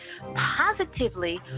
positively